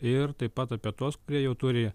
ir taip pat apie tuos kurie jau turi